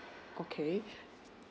okay